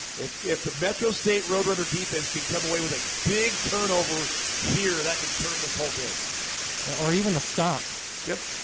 if if the metro state road runner defense come away with a big turnover here that could turn this whole game or even a stop yep,